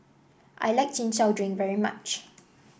I like Chin Chow Drink very much